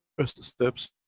first steps